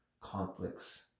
conflicts